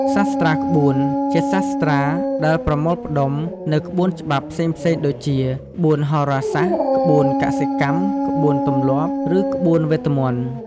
សាស្ត្រាក្បួន ជាសាស្ត្រាដែលប្រមូលផ្ដុំនូវក្បួនច្បាប់ផ្សេងៗ ដូចជា ក្បួនហោរាសាស្ត្រ ក្បួនកសិកម្ម ក្បួនទម្លាប់ ឬក្បួនវេទមន្ត។